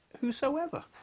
whosoever